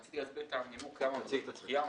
רציתי להסביר, לנמק למה רוצים את הדחייה.